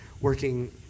working